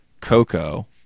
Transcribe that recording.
Coco